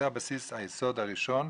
זה היסוד הראשון,